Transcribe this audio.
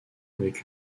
avec